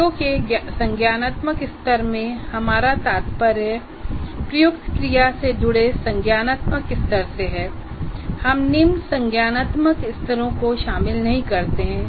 CO के संज्ञानात्मक स्तर से हमारा तात्पर्य प्रयुक्त क्रिया से जुड़े संज्ञानात्मक स्तर से है और हम निम्न संज्ञानात्मक स्तरों को शामिल नहीं करते हैं